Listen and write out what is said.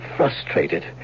Frustrated